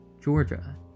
Georgia